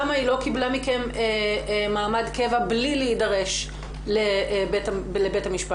למה היא לא קיבלה מכם מעמד קבע בלי להידרש לבית המשפט,